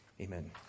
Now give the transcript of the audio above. Amen